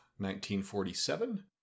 1947